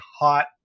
hot